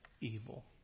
evil